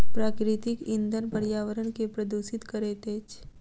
प्राकृतिक इंधन पर्यावरण के प्रदुषित करैत अछि